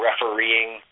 refereeing